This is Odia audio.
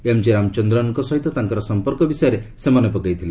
ଏମ୍ଜି ରାମଚନ୍ଦ୍ରନ୍ଙ୍କ ସହିତ ତାଙ୍କର ସମ୍ପର୍କ ବିଷୟରେ ସେ ମନେପକାଇଥିଲେ